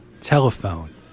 telephone